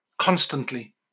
Constantly